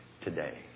today